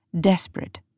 desperate